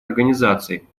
организаций